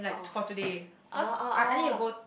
oh oh oh oh